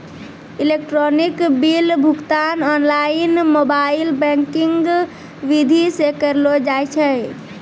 electronic bill भुगतान online mobile banking विधि से करलो जाय छै